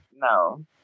No